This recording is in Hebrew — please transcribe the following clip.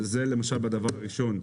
זה למשל בדבר הראשון,